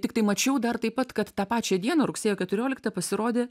tiktai mačiau dar taip pat kad tą pačią dieną rugsėjo keturioliktą pasirodė